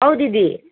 औ दिदी